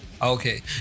Okay